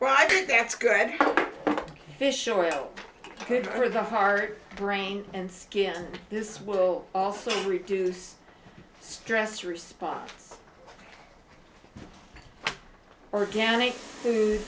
right that's good fish oil good for the heart brain and skin this will also reduce stress response organic food